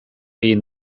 egin